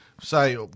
say